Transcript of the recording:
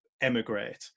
emigrate